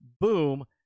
boom